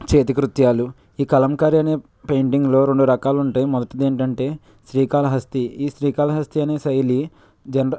చేతి కృత్యాలు ఈ కలంకారి అనే పెయింటింగ్లో రెండు రకాలు ఉంటాయి మొదటిది ఏంటంటే శ్రీకాళహస్తి ఈ శ్రీకాళహస్తి అనే శైలి జనరల్